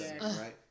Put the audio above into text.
Right